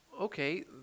okay